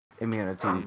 immunity